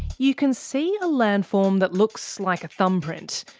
you can see a landform that looks like a thumbprint,